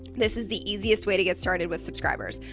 this is the easiest way to get started with subscribers.